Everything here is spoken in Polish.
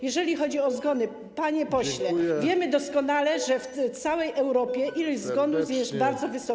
Jeżeli chodzi o zgony, panie pośle, wiemy doskonale, że w całej Europie liczba zgonów jest bardzo wysoka.